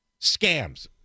scams